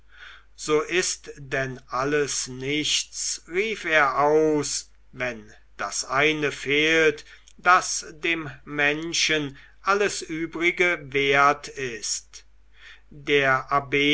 so ist denn alles nichts rief er aus wenn das eine fehlt das dem menschen alles übrige wert ist der abb